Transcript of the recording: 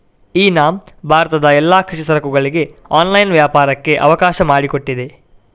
E NAM ಭಾರತದ ಎಲ್ಲಾ ಕೃಷಿ ಸರಕುಗಳಿಗೆ ಆನ್ಲೈನ್ ವ್ಯಾಪಾರಕ್ಕೆ ಅವಕಾಶ ಮಾಡಿಕೊಟ್ಟಿದೆ